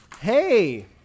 Hey